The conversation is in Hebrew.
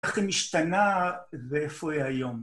איך היא משתנה ואיפה היא היום?